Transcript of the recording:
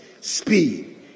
speed